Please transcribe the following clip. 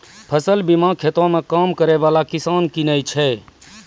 फसल बीमा खेतो मे काम करै बाला किसान किनै छै